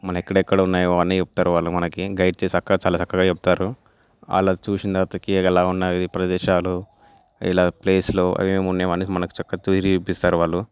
మన ఎక్కడ ఎక్కడ ఉన్నాయో అవన్ని చెప్తారు వాళ్ళు మనకి గైడ్ చేసి అక్కడ చాలా చక్కగా చెప్తారు వాళ్ళు చూసిన తర్వాత ఎలా ఉన్నాయి ఈ ప్రదేశాలు ఇలా ప్లేస్లో అవి ఏమేమున్నాయి మనకి చక్కగా తిరిగి చూపిస్తారు వాళ్ళు